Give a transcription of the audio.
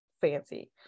fancy